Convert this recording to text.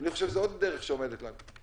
אני חושב שזאת עוד דרך שעומדת לנו.